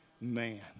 man